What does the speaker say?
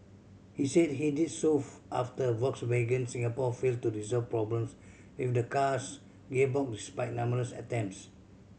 he said he did so after Volkswagen Singapore failed to resolve problems with the car's gearbox despite numerous attempts